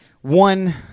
One